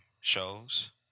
shows